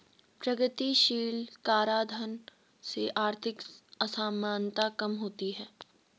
प्रगतिशील कराधान से आर्थिक असमानता कम होती है